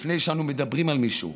לפני שאנו מדברים על מישהו,